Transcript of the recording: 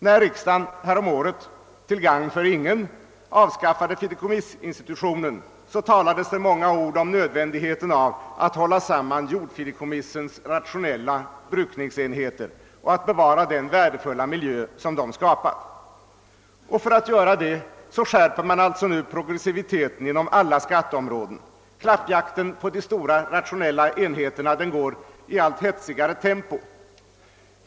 När riksdagen häromåret till gagn för ingen avskaffade fideikommissinstitutionen talades det många ord om nödvändigheten av att hålla samman jordfideikommissens rationella brukningsenheter och att bevara den värdefulla miljö som de skapat. För att göra det skärper man alltså nu progressiviteten inom alla skatteområden. Klappjakten på de stora rationella enheterna går i allt hetsigare tempo.